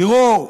תראו,